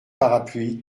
parapluies